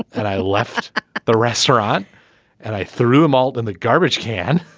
and i left the restaurant and i threw them all in the garbage can.